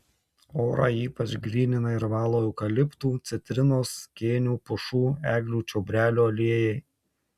orą ypač grynina ir valo eukaliptų citrinos kėnių pušų eglių čiobrelio aliejai